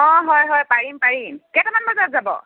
অঁ হয় হয় পাৰিম পাৰিম কেইটামান বজাত যাব